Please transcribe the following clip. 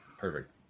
Perfect